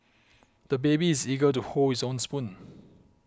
the baby is eager to hold his own spoon